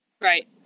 Right